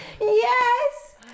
Yes